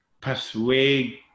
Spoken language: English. persuade